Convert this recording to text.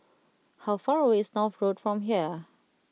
how far away is North Road from here